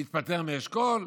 נפטר מאשכול?